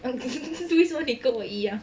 为什么你跟我一样